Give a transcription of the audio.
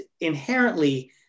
inherently